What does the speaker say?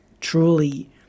truly